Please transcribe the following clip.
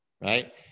Right